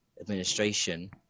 administration